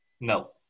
No